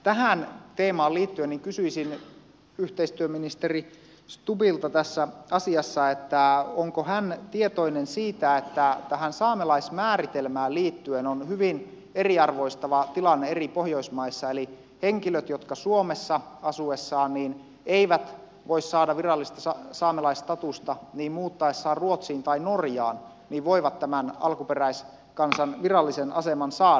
tähän teemaan liittyen kysyisin yhteistyöministeri stubbilta tässä asiassa onko hän tietoinen siitä että tähän saamelaismääritelmään liittyen on hyvin eriarvostava tilanne eri pohjoismaissa eli henkilöt jotka suomessa asuessaan eivät voi saada virallista saamelaisstatusta muuttaessaan ruotsiin tai norjaan voivat tämän alkuperäiskansan virallisen aseman saada